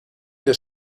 des